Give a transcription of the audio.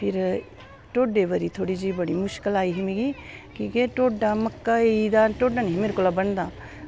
ते फिर ढोड्डै बारी बड़ी मुश्कल आई ही मिगी क्योंकि ढोड्डा मक्की दा निं मेरे कोला बनदा